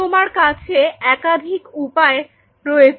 তোমার কাছে একাধিক উপায় রয়েছে